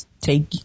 take